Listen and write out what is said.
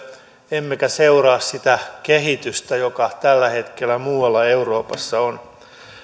emmekä seuraa sitä kehitystä joka tällä hetkellä muualla euroopassa on